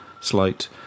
Slight